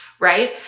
right